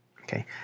okay